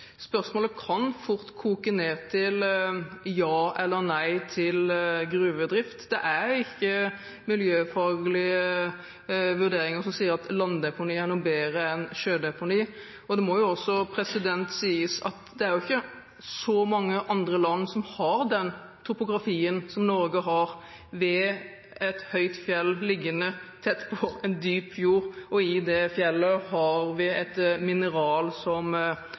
Spørsmålet kan fort koke ned til ja eller nei til gruvedrift. Det er ikke miljøfaglige vurderinger som sier at landdeponi er noe bedre enn sjødeponi, og det må jo også sies at det er ikke så mange andre land som har den topografien som Norge har, med et høyt fjell liggende tett på en dyp fjord, og i det fjellet har vi et mineral som